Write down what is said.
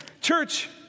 Church